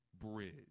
bridge